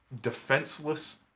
defenseless